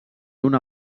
una